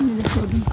ई मे कऽ दिऔ